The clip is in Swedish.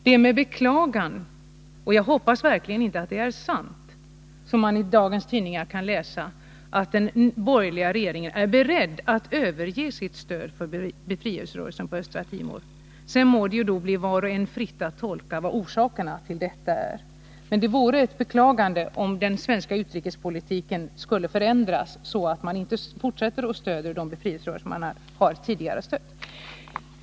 Det är med beklagande — jag hoppas verkligen att det inte är sant — som man i dagens tidningar kan läsa att den borgerliga regeringen är beredd att överge sitt stöd åt befrielserörelsen på Östra Timor. Sedan må det bli var och en fritt att tolka vad orsakerna till detta är. Det vore att beklaga om den svenska utrikespolitiken skulle förändras så, att man inte skulle fortsätta stödet till de befrielserörelser som man tidigare har stött.